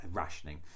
rationing